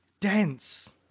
dense